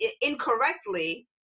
incorrectly